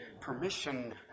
Permission